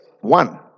One